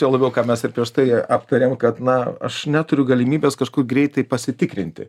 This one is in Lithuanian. juo labiau ką mes ir prieš tai aptarėm kad na aš neturiu galimybės kažkur greitai pasitikrinti